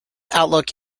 outlook